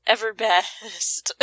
Everbest